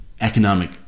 economic